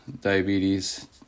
diabetes